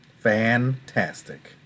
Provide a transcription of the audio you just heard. Fantastic